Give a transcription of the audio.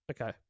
Okay